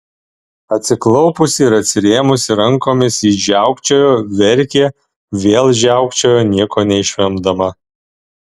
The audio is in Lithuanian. atsiklaupusi ir atsirėmusi rankomis ji žiaukčiojo verkė vėl žiaukčiojo nieko neišvemdama